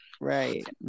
right